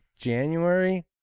January